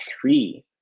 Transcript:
three